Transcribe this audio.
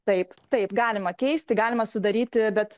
taip taip galima keisti galima sudaryti bet